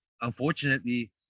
Unfortunately